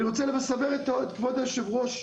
אני רוצה, כבוד היושב ראש,